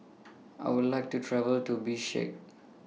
I Would like to travel to Bishkek